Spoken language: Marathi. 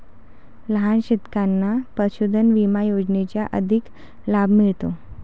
लहान शेतकऱ्यांना पशुधन विमा योजनेचा अधिक लाभ मिळतो